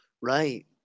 right